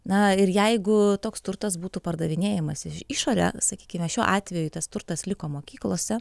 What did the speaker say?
na ir jeigu toks turtas būtų pardavinėjamas iš išorę sakykime šiuo atveju tas turtas liko mokyklose